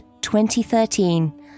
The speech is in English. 2013